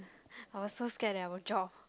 I was so scared that I will drop